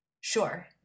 Sure